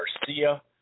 Garcia